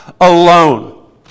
alone